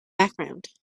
background